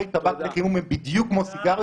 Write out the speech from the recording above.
טבק לחימום הם בדיוק כמו סיגריות,